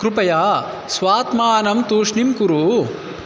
कृपया स्वात्मानं तूष्णीं कुरु